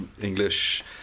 English